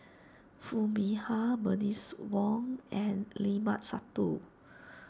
Foo Mee Har Bernice Wong and Limat Sabtu